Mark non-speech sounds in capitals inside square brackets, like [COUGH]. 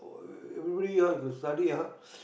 [NOISE] everybody else to study ah [BREATH]